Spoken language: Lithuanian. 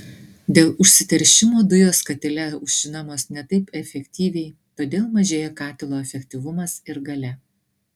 dėl užsiteršimo dujos katile aušinamos ne taip efektyviai todėl mažėja katilo efektyvumas ir galia